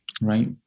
right